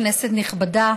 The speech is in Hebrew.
כנסת נכבדה,